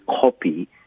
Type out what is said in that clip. copy